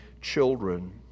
children